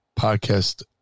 podcast